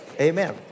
Amen